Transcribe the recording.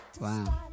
Wow